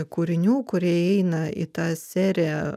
kūrinių kurie įeina į tą seriją